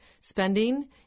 spending